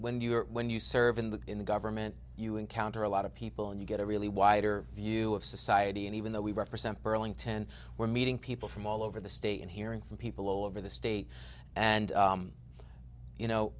when you're when you serve in the in the government you encounter a lot of people and you get a really wider view of society and even though we represent burlington we're meeting people from all over the state and hearing from people all over the state and you know